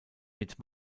mit